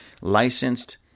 licensed